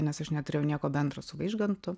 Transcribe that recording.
nes aš neturėjau nieko bendro su vaižgantu